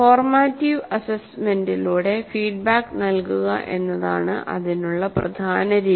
formative അസസ്മെന്റിലൂടെ feedback നൽകുക എന്നതാണ് അതിനുള്ള പ്രധാന രീതി